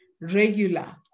regular